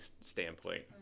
standpoint